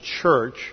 church